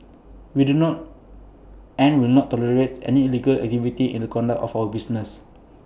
we do not and will not tolerate any illegal activity in the conduct of our business